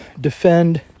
defend